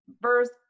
verse